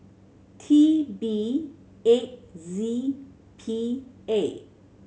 T B eight Z P A